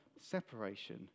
separation